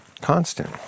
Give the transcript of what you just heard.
constant